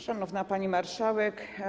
Szanowna Pani Marszałek!